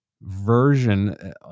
version